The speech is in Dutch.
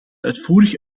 uitvoerig